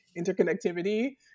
interconnectivity